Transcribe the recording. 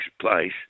place